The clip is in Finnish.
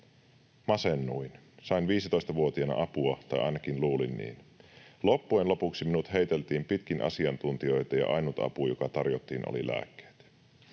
Masennuin. Sain 15-vuotiaana apua tai ainakin luulin niin. Loppujen lopuksi minut heiteltiin pitkin asiantuntijoita ja ainut apu, joka tarjottiin, oli lääkkeet.